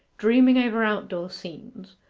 dreaming over out-door scenes,